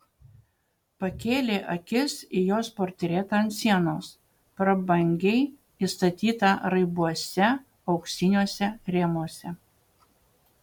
pakėlė akis į jos portretą ant sienos prabangiai įstatytą raibuose auksiniuose rėmuose